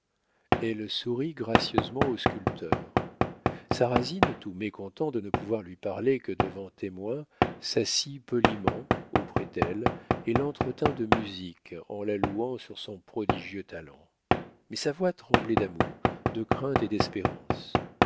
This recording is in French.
elle sourit gracieusement au sculpteur sarrasine tout mécontent de ne pouvoir lui parler que devant témoins s'assit poliment auprès d'elle et l'entretint de musique en la louant sur son prodigieux talent mais sa voix tremblait d'amour de crainte et d'espérance